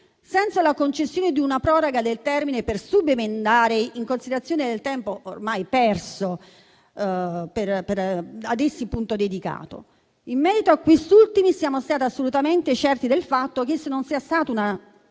senza la concessione di una proroga del termine per subemendare in considerazione del tempo ormai perso ad essi dedicato. In merito a questi ultimi, siamo stati assolutamente certi del fatto che non sia stata una